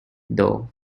though